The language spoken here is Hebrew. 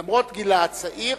למרות גילה הצעיר.